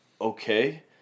okay